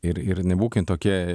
ir ir nebūkim tokie